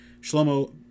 Shlomo